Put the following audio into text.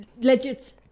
legit